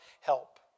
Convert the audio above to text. help